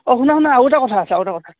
অঁ শুনা শুনা আৰু এটা কথা আছে আৰু এটা কথা